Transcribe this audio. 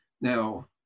Now